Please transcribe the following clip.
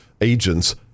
agents